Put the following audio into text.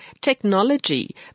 technology